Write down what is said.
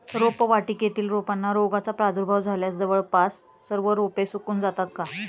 रोपवाटिकेतील रोपांना रोगाचा प्रादुर्भाव झाल्यास जवळपास सर्व रोपे सुकून जातात का?